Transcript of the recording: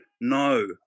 No